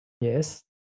yes